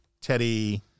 Teddy